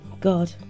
God